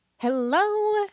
Hello